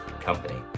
company